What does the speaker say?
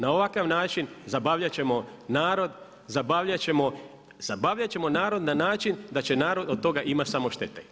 Na ovakav način zabavljat ćemo narod, zabavljat ćemo narod na način da će narod od toga imati samo štete.